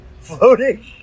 floating